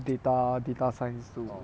data data science to